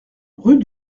rue